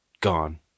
Gone